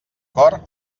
cor